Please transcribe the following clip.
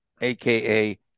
aka